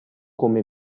come